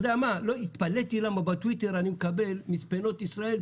התפלאתי למה בטוויטר אני מקבל מספנות ישראל,